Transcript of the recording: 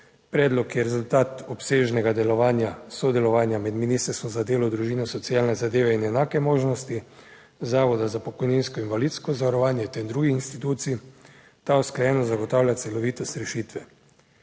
predlog je rezultat obsežnega delovanja, sodelovanja med Ministrstvom za delo, družino, socialne zadeve in enake možnosti, Zavoda za pokojninsko in invalidsko zavarovanje ter drugih institucij. Ta usklajenost zagotavlja celovitost rešitve.